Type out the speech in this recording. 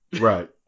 Right